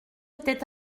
étaient